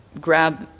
grab